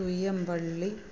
Thuyyampalli